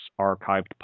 archived